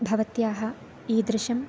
भवत्याः ईदृशं